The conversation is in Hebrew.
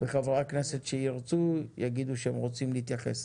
וחברי הכנסת שירצו יגידו שהם רוצים להתייחס.